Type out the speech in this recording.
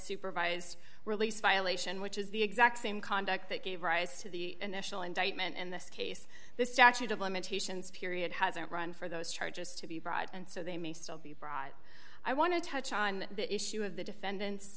supervised release violation which is the exact same conduct that gave rise to the initial indictment in this case the statute of limitations period hasn't run for those charges to be brought and so they may still be brought i want to touch on the issue of the defendant's